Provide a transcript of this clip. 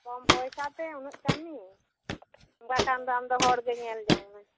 ᱠᱚᱢ ᱯᱚᱭᱥᱟ ᱛᱮ ᱩᱱᱟᱹᱜ ᱠᱟᱹᱢᱤ ᱚᱱᱠᱟ ᱠᱷᱟᱱ ᱫᱚ ᱟᱢ ᱫᱚ ᱦᱚᱲ ᱜᱮ ᱧᱮᱞ ᱡᱚᱝ ᱢᱮ